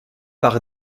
par